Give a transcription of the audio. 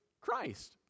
Christ